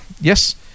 Yes